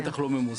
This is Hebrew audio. בטח לא במוסד.